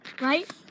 Right